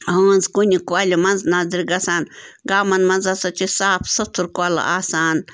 ہٲنز کُنہِ کۄلہِ منٛز نَظرِ گَژھان گامَن مَنٛز ہَسا چھِ صاف سُتھٕر کۄلہٕ آسان